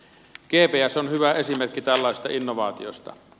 gps on hyvä esimerkki tällaisesta innovaatiosta